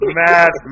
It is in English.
mad